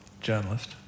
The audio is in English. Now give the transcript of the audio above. journalist